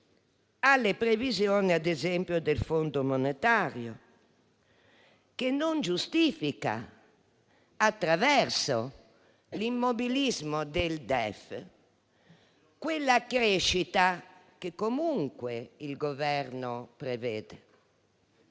alle previsioni, ad esempio, del Fondo monetario internazionale, che non giustifica, attraverso l'immobilismo del DEF, quella crescita che comunque il Governo prevede.